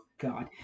god